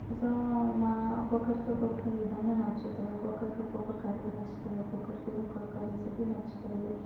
so మాకు ఒకరికి ఒక్కొక్క విధంగా నచ్చుతుంది ఒక్కొక్కరికి ఒక్కొక్క కర్రీ నచ్చుతుంది ఒక్కొక్కరికీ ఒక్కొక్క రెసిపీ నచ్చుతుంది